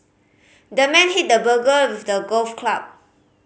the man hit the burglar with a golf club